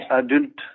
adult